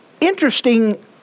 interesting